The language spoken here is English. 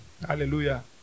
Hallelujah